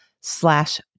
slash